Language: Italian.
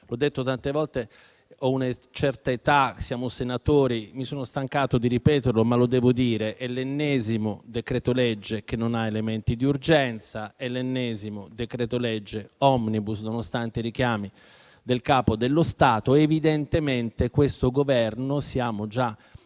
l'ho detto tante volte, ho una certa età, siamo senatori e mi sono stancato di ripeterlo, ma lo devo dire) - è l'ennesimo decreto-legge privo di elementi di urgenza e che si configura come decreto *omnibus,* nonostante i richiami del Capo dello Stato. Evidentemente questo Governo, visto che